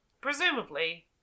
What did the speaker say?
presumably